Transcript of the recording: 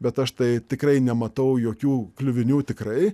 bet aš tai tikrai nematau jokių kliuvinių tikrai